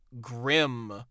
grim